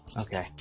Okay